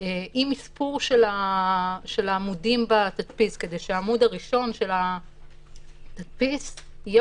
אי-מספור של העמודים בתדפיס כדי שהעמוד הראשון של התדפיס יהיה